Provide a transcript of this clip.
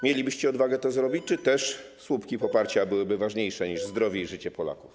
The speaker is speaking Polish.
Mielibyście odwagę to zrobić, czy też słupki poparcia byłyby ważniejsze niż zdrowie i życie Polaków?